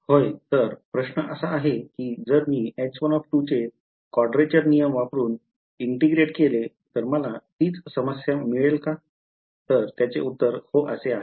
होय तर प्रश्न असा आहे की जर मी H1 हे चतुर्भुज नियम वापरून समाकलित केले तर मला तीच समस्या मिळेल का तर त्याचे उत्तर हो असे आहे